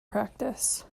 practice